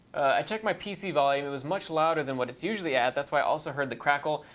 i checked my pc volume. it was much louder than what it's usually at, that's why i also heard the crackle.